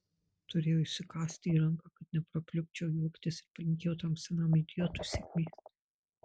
turėjau įsikąsti į ranką kad neprapliupčiau juoktis ir palinkėjau tam senam idiotui sėkmės